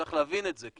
צריך להבין את זה.